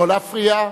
לא להפריע.